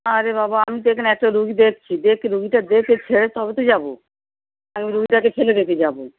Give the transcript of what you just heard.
আরে বাবা আমি এখানে একটা রুগী দেখছি দেখে রুগীটা দেখে ছেড়ে তবে ত যাবো আমি রুগীটাকে ফেলে রেখে যাবো